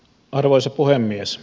arvoisa puhemies